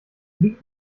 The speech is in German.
liegt